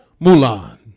Mulan